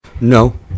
No